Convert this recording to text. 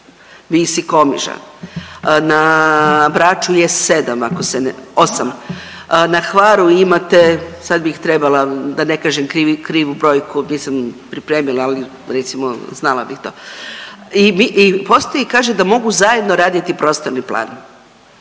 Vis i Komiža, na Braču je 7 ako se ne…, 8, na Hvaru imate sad bih trebala da ne kažem krivi, krivu brojku, nisam pripremila ovdje, recimo znala bih to i postoji, kaže da mogu zajedno raditi prostorni plan,